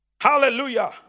Hallelujah